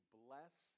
bless